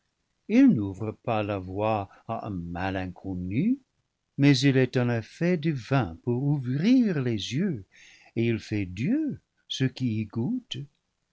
il n'ouvre pas la voie à un mal inconnu mais il est d'un effet divin pour ouvrir les yeux et il fait dieux ceux qui